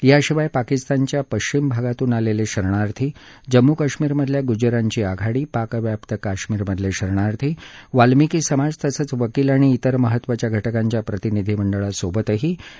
याशिवाय पाकिस्तानाच्या पश्चिम भागातून आलेले शरणार्थी जम्मू काश्मीरमधल्या गुज्जरांची आघाडी पाकव्याप्त काश्मीरमधले शरणार्थी वाल्मिकी समाज तसंच वकील आणि तिर महत्वाच्या घटकांच्या प्रतिनिधीमंडळांसोबतही या राजदूतांनी चर्चा केली